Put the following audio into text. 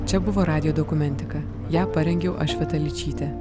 čia buvo radijo dokumentika ją parengiau aš vita ličytė